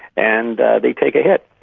and they take a hit.